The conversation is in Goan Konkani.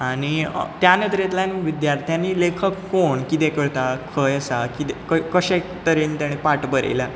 आनी त्या नदरेतल्यान विद्यार्थ्यांनी लेखक कोण कितें करता खंय आसा कितें कशे तरेन पा पाठ बरयला